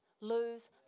lose